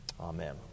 Amen